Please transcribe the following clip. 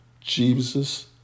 Jesus